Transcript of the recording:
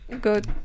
good